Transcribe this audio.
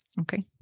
okay